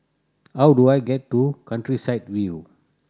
how do I get to Countryside View